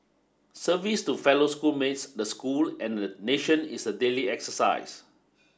service to fellow school mates the school and the nation is a daily exercise